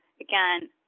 again